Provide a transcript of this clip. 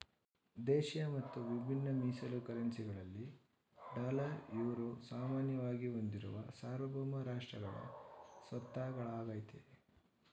ದೇಶಿಯ ಮತ್ತು ವಿಭಿನ್ನ ಮೀಸಲು ಕರೆನ್ಸಿ ಗಳಲ್ಲಿ ಡಾಲರ್, ಯುರೋ ಸಾಮಾನ್ಯವಾಗಿ ಹೊಂದಿರುವ ಸಾರ್ವಭೌಮ ರಾಷ್ಟ್ರಗಳ ಸ್ವತ್ತಾಗಳಾಗೈತೆ